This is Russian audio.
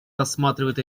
рассматривает